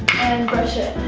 and brush it